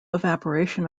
evaporation